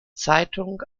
zeitung